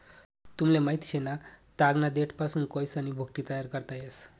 तुमले माहित शे का, तागना देठपासून कोयसानी भुकटी तयार करता येस